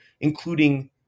including